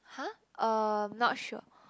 huh um not sure